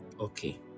Okay